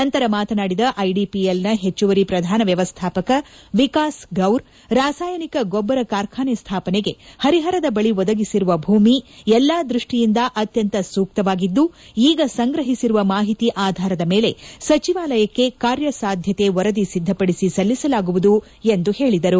ನಂತರ ಮಾತನಾಡಿದ ಐಡಿಪಿಎಲ್ನ ಪೆಚ್ಚುವರಿ ಪ್ರಧಾನ ವ್ಯವಸ್ಟಾಪಕ ವಿಕಾಸ್ ಗೌರ್ ರಾಸಾಯಿನಿಕ ಗೊಬ್ಬರ ಕಾರ್ಖಾನೆ ಸ್ಥಾಪನೆಗೆ ಪರಿಹರದ ಬಳಿ ಒದಗಿಸಿರುವ ಭೂಮಿ ಎಲ್ಲಾ ದೃಷ್ಟಿಯಿಂದ ಅತ್ಯಂತ ಸೂಕ್ತವಾಗಿದ್ದು ಈಗ ಸಂಗ್ರಹಿಸಿರುವ ಮಾಹಿತಿ ಆಧಾರದ ಮೇಲೆ ಸಚಿವಾಲಯಕ್ಕೆ ಕಾರ್ಯಸಾಧ್ವತೆ ವರದಿ ಸಿದ್ದಪಡಿಸಿ ಸಲ್ಲಿಸಲಾಗುವುದು ಎಂದು ಹೇಳಿದರು